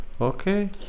Okay